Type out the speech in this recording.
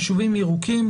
בישובים ירוקים,